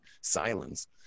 silence